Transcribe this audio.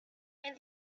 and